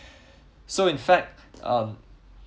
so in fact um